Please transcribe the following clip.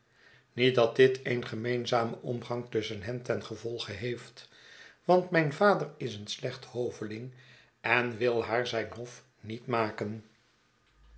niet dat dit een gemeenzamen oragang tusschen hen ten gevolge heeft want mijn vader is een slecht hoveling en wil haar zijn hof niet maken